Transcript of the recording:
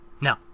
No